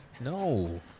No